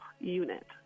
unit